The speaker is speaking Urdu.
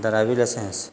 دراوی لسنس